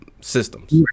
systems